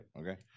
okay